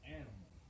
animal